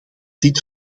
dit